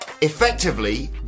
effectively